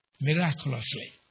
Miraculously